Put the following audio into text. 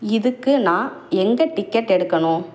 இதுக்கு நான் எங்கே டிக்கெட் எடுக்கணும்